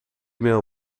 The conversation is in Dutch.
mail